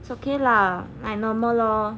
it's okay lah like normal lor